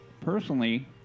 personally